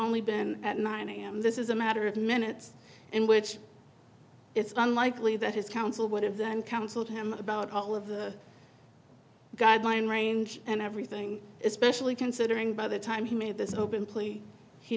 only been at nine am this is a matter of minutes in which it's unlikely that his counsel would have then counseled him about all of the guideline range and everything especially considering by the time he made this open